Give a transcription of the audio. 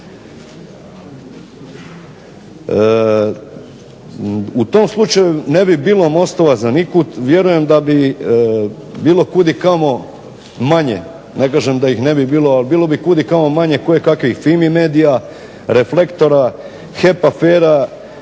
U tom slučaju ne bi bilo mostova za nikud, vjerujem da bi bilo kudikamo manje, ne kažem da ih ne bi bilo, bilo bi kudikamo manje FIMI Medija, HEP afera